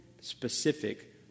specific